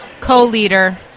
co-leader